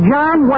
John